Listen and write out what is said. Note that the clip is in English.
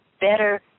better